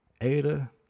Ada